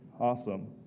Awesome